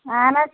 اَہَن حظ